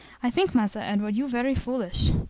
i think, massa edward, you very foolish.